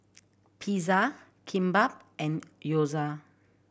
Pizza Kimbap and Gyoza